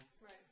Right